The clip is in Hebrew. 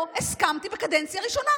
לא הסכמתי בקדנציה הראשונה.